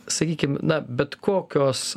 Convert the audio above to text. sakykime na bet kokios